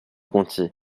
gontier